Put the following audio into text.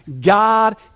God